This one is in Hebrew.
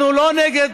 אנחנו לא נגד